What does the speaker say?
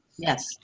Yes